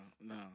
no